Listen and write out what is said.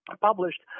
Published